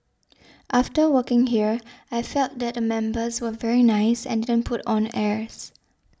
after working here I felt that the members were very nice and didn't put on airs